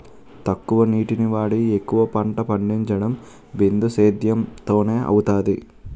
తక్కువ నీటిని వాడి ఎక్కువ పంట పండించడం బిందుసేధ్యేమ్ తోనే అవుతాది